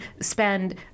spend